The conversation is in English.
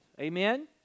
Amen